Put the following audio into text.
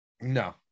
No